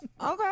Okay